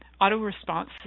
auto-response